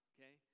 Okay